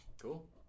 Cool